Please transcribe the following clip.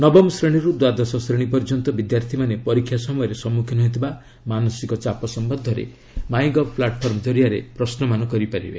ନବମ ଶ୍ରେଣୀରୁ ଦ୍ୱାଦଶ ଶ୍ରେଣୀ ପର୍ଯ୍ୟନ୍ତ ବିଦ୍ୟାର୍ଥୀମାନେ ପରୀକ୍ଷା ସମୟରେ ସମ୍ମୁଖୀନ ହେଉଥିବା ମାନସିକ ଚାପ ସମ୍ୟନ୍ଧରେ ମାଇଁ ଗଭ୍ ପ୍ଲାଟଫର୍ମ ଜରିଆରେ ପ୍ରଶ୍ୱମାନ କରାଯାଇ ପାରିବ